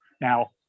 Now